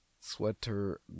Sweater